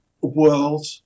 world